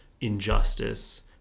injustice